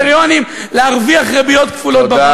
קריטריונים להרוויח ריביות כפולות בבנקים.